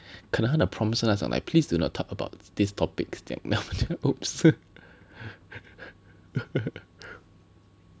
可能他的 prompt 是那种 like please do not talk about these topics that !oops!